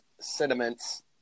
sentiments